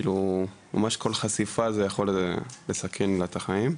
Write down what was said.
כאילו ממש כל חשיפה זה יכול לסכן לה את החיים.